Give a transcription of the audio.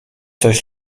coś